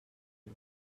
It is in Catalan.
los